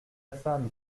femme